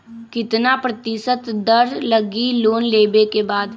कितना प्रतिशत दर लगी लोन लेबे के बाद?